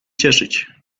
cieszyć